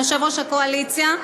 יושב-ראש הקואליציה,